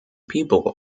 people